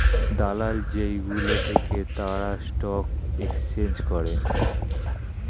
দালাল যেই গুলো থাকে তারা স্টক এক্সচেঞ্জ করে